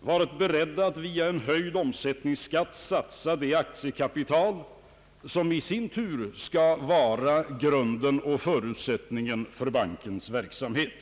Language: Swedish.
varit berett att genom en höjd omsättningsskatt satsa det aktiekapital som i sin tur skall vara grunden och förutsättningen för bankens verksamhet.